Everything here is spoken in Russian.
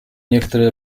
некоторые